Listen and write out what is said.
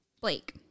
Blake